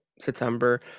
September